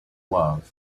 love